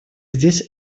здесь